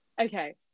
Okay